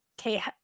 okay